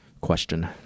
question